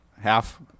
half